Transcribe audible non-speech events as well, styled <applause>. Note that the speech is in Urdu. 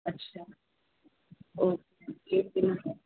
اچھا اوکے <unintelligible>